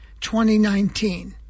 2019